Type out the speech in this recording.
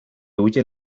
huye